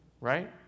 Right